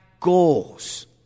goals